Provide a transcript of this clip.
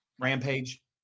rampage